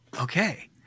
Okay